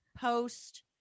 post